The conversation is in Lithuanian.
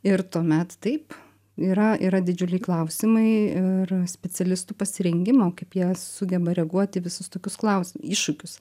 ir tuomet taip yra yra didžiuliai klausimai ir specialistų pasirengimo kaip jie sugeba reaguot į visus tokius klausim iššūkius